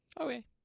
Okay